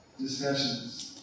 discussions